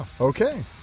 Okay